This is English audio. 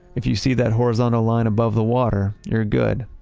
if you see that horizontal line above the water, you're good.